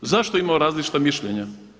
Zašto imamo različita mišljenja?